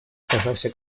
оказался